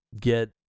get